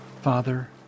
father